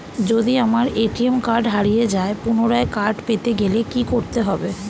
যদি আমার ATM card হারিয়ে যায় পুনরায় কার্ড পেতে গেলে কি করতে হবে?